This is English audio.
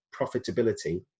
profitability